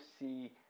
see